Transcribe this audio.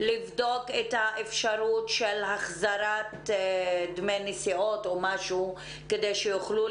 לבדוק את האפשרות של החזרת דמי נסיעות כדי שיוכלו